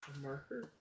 Marker